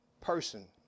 person